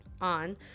on